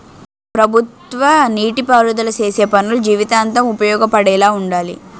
ప్రభుత్వ నీటి పారుదల సేసే పనులు జీవితాంతం ఉపయోగపడేలా వుండాలి